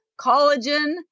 collagen